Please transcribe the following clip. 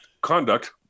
conduct